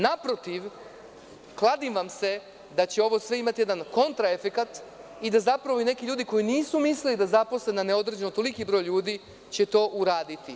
Naprotiv, kladim se da će sve ovo imati jedan kontra-efekat i da zapravo i neki ljudi koji nisu mislili da zaposle na neodređeno toliki broj ljudi, će to u raditi.